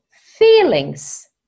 feelings